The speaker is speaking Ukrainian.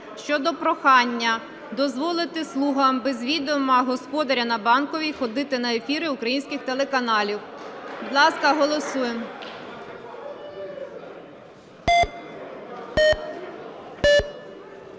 щодо прохання дозволити "слугам", без відома господаря на Банковій, ходити на ефіри українських телеканалів. Будь ласка, голосуємо.